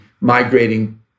migrating